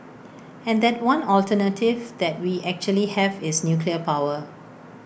and that one alternative that we actually have is nuclear power